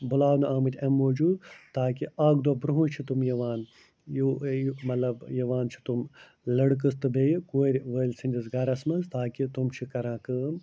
بُلاونہٕ آمٕتۍ اَمہِ موٗجوٗب تاکہِ اَکھ دۄہ برُنٛہٕے چھِ تِم یِوان مطلب یِوان چھِ تِم لڑکہٕ تہٕ بیٚیہِ کوٚرِ وٲلۍ سٕنٛدِس گَرَس منٛز تاکہِ تِم چھِ کران کٲم